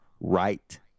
right